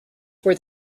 for